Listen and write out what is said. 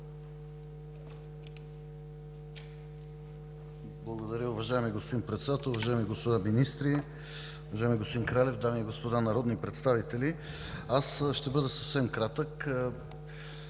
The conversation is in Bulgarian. Благодаря. Уважаеми господин Председател, уважаеми господа министри, уважаеми господин Кралев, дами и господа народни представители! Аз ще бъда съвсем кратък.